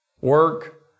work